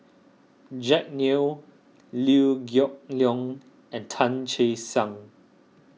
Jack Neo Liew Geok Leong and Tan Che Sang